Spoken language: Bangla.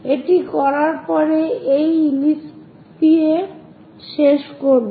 এটি করার পর আমরা এই ইলিপস দিয়ে শেষ করব